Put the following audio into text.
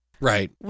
Right